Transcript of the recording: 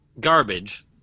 Garbage